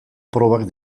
probak